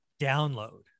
download